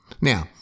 Now